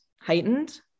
heightened